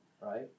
Right